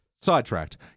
Sidetracked